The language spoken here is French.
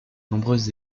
nombreuses